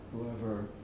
whoever